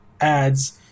ads